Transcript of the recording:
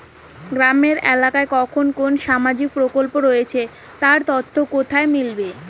গ্রামের এলাকায় কখন কোন সামাজিক প্রকল্প রয়েছে তার তথ্য কোথায় মিলবে?